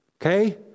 okay